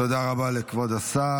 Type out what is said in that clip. תודה רבה לכבוד השר.